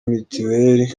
mitiweli